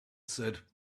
said